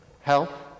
health